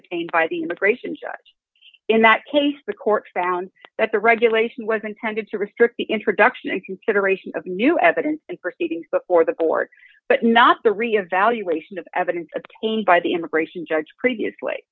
obtained by the immigration judge in that case the court found that the regulation was intended to restrict the introduction and consideration of new evidence and proceedings before the court but not the reevaluation of evidence obtained by the immigration judge previously